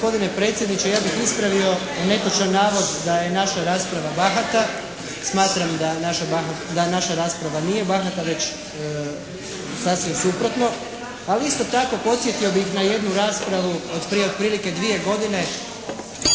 Ja bih ispravio netočan navod da je naša rasprava bahata. Smatram da naša rasprava nije bahata, već sasvim suprotno. Ali isto tako podsjetio bih na jednu raspravu od prije otprilike dvije godine